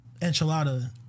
Enchilada